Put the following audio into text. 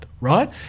right